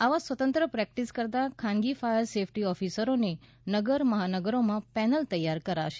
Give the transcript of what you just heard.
આવા સ્વતંત્ર પ્રેકટિસ કરતા ખાનગી ફાયર સેફટી ઓફિસરોની નગર મહાનગરોમાં પેનલ તૈયાર કરાશે